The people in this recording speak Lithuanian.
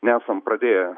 nesam pradėję